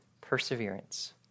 perseverance